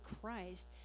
Christ